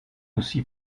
aussi